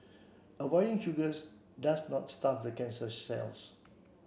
avoiding sugars does not starve the cancer cells